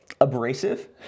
abrasive